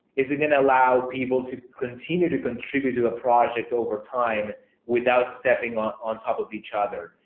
is it going to allow people to continue to contribute to a project overtime without stepping on on top of each other,